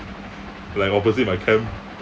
like opposite my camp